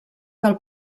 del